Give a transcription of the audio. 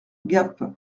gap